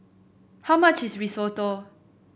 how much is Risotto